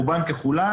רובן ככולן,